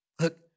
Look